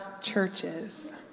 churches